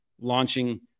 launching